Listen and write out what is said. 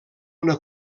una